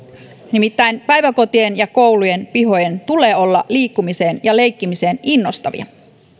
nimittäin päiväkotien ja koulujen pihojen tulee olla liikkumiseen ja leikkimiseen innostavia seurat